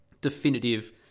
definitive